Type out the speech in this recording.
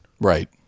Right